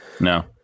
No